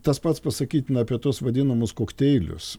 tas pats pasakytina apie tuos vadinamus kokteilius